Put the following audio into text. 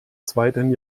zweiten